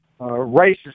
racist